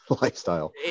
lifestyle